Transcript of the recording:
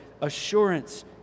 assurance